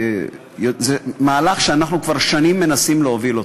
זה מהלך שאנחנו כבר שנים מנסים להוביל.